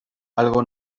algo